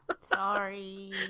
sorry